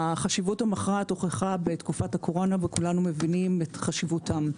החשיבות המכרעת הוכחה בתקופת הקורונה וכולנו מבינים את חשיבותם.